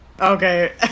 Okay